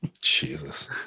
Jesus